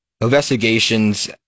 investigations